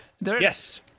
yes